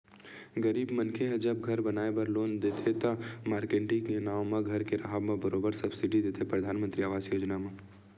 गरीब मनखे ह जब घर बनाए बर लोन देथे त, मारकेटिंग के नांव म घर के राहब म बरोबर सब्सिडी देथे परधानमंतरी आवास योजना म